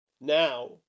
now